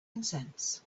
consents